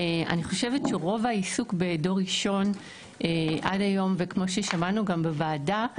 אני חושבת שרוב העיסוק בדור ראשון עד היום וכמו ששמענו גם בוועדה,